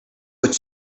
would